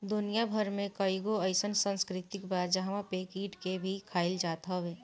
दुनिया भर में कईगो अइसन संस्कृति बा जहंवा पे कीट के भी खाइल जात हवे